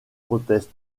proteste